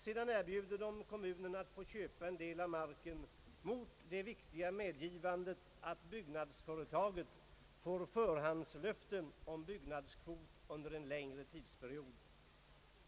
Sedan erbjuder de kommunerna att få köpa en del av marken mot det viktiga medgivandet att byggnadsföretaget får förhandslöfte om byggnadskvot under en lång tidrymd.